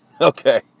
okay